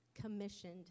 commissioned